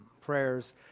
prayers